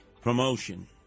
promotion